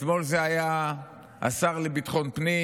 אתמול זה היה השר לביטחון פנים,